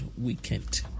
weekend